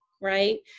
right